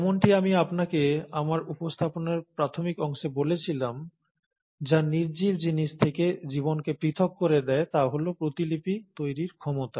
যেমনটি আমি আপনাকে আমার উপস্থাপনার প্রাথমিক অংশে বলেছিলাম যা নির্জীব জিনিস থেকে জীবনকে পৃথক করে দেয় তা হল প্রতিলিপি তৈরির ক্ষমতা